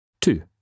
Two